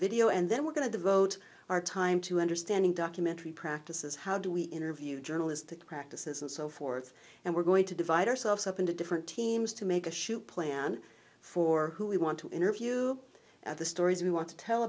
video and then we're going to devote our time to understanding documentary practices how do we interview journalistic practices and so forth and we're going to divide ourselves up into different teams to make a shoe plan for who we want to interview at the stories we want to tell